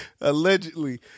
Allegedly